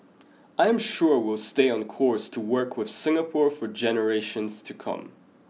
I'm sure we will stay on course to work with Singapore for generations to come